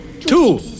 Two